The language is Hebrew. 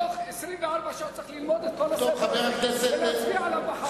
בתוך 24 שעות אני צריך ללמוד את כל הספר הזה ולהצביע עליו מחר.